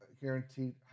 guaranteed